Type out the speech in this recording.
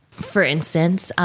for instance,